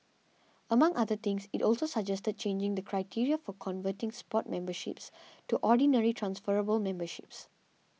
among other things it also suggested changing the criteria for converting sports memberships to ordinary transferable memberships